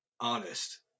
honest